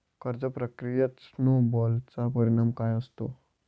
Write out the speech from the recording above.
कर्ज प्रक्रियेत स्नो बॉलचा परिणाम काय असतो?